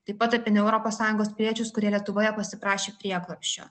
taip pat apie ne europos sąjungos piliečius kurie lietuvoje pasiprašė prieglobsčio